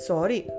Sorry